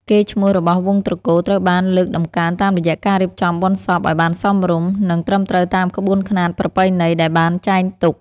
កេរ្តិ៍ឈ្មោះរបស់វង្សត្រកូលត្រូវបានលើកតម្កើងតាមរយៈការរៀបចំបុណ្យសពឱ្យបានសមរម្យ និង ត្រឹមត្រូវតាមក្បួនខ្នាតប្រពៃណីដែលបានចែងទុក។